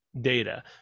data